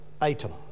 item